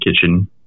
kitchen